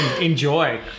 Enjoy